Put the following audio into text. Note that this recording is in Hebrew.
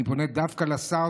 אני פונה דווקא לשר,